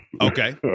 Okay